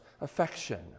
affection